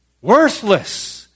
worthless